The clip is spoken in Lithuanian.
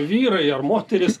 vyrai ar moterys